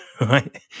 right